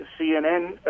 CNN